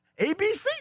ABC